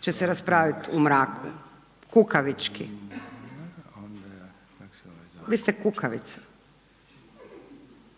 će se raspraviti u mraku, kukavički. Vi ste kukavice.